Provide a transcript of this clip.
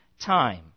time